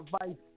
advice